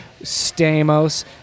Stamos